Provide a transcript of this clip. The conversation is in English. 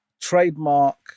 trademark